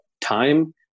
time